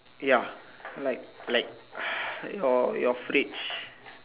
ya like like your fridge